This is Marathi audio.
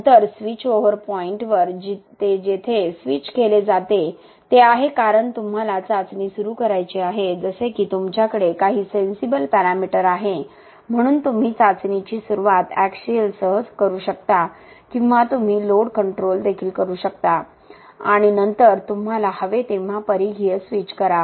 नंतर स्विच ओव्हर पॉईंटवर ते जिथे स्विच केले जाते ते आहे कारण तुम्हाला चाचणी सुरू करायची आहे जसे की तुमच्याकडे काही सेन्सिबल पॅरामीटर आहे म्हणून तुम्ही चाचणीची सुरुवात एक्सिल सह करू शकता किंवा तुम्ही लोड कंट्रोल देखील करू शकता आणि नंतर तुम्हाला हवे तेव्हा परिघीय स्विच करा